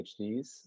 PhDs